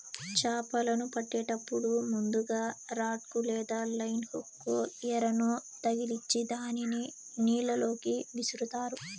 చాపలను పట్టేటప్పుడు ముందుగ రాడ్ కు లేదా లైన్ హుక్ కు ఎరను తగిలిచ్చి దానిని నీళ్ళ లోకి విసురుతారు